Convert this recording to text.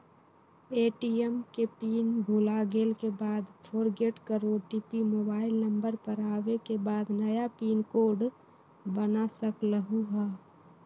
ATM के pin भुलागेल के बाद फोरगेट कर ओ.टी.पी मोबाइल नंबर पर आवे के बाद नया पिन कोड बना सकलहु ह?